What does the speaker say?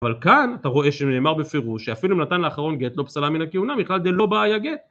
אבל כאן, אתה רואה שנאמר בפירוש, שאפילו אם נתן לאחרון גט לא פסלה מן הכהונה, בכלל זה לא בעיה גט.